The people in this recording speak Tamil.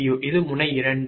u இது முனை 2